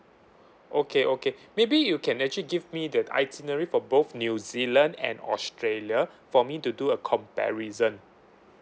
okay okay maybe you can actually give me the itinerary for both new zealand and australia for me to do a comparison